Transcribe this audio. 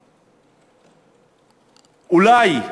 אולי,